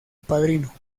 padrino